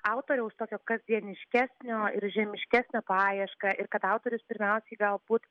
autoriaus tokio kasdieniškesnio ir žemiškesnio paiešką ir kad autorius pirmiausiai galbūt